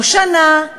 לא שנה,